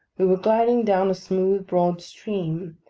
we were gliding down a smooth, broad stream,